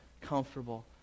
comfortable